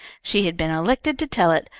she had been elected to tell it,